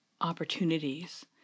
opportunities